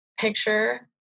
picture